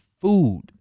food